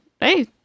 hey